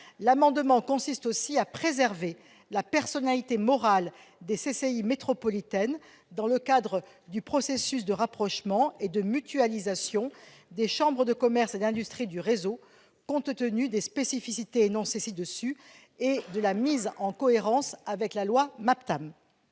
L'amendement vise aussi à préserver la personnalité morale des CCI métropolitaines dans le cadre du processus de rapprochement et de mutualisation des chambres de commerce et d'industrie du réseau, compte tenu des spécificités énoncées ci-dessus et de la mise en cohérence avec la loi MAPTAM.